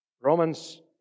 Romans